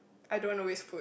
I don't want to waste food